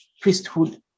priesthood